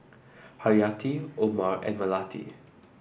Haryati Omar and Melati